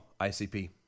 ICP